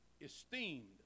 esteemed